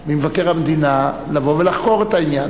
לחוק מבקר המדינה לבוא ולחקור את העניין.